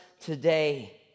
today